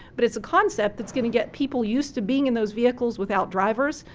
but it's a concept that's gonna get people use to being in those vehicles without drivers,